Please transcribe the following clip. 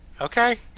Okay